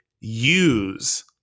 use